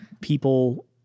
People